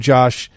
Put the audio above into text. Josh